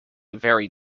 very